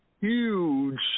huge